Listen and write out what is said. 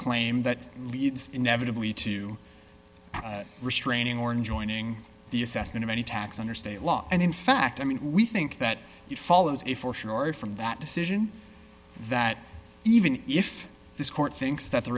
claim that leads inevitably to restraining or in joining the assessment of any tax under state law and in fact i mean we think that you follows a fortune or from that decision that even if this court thinks that the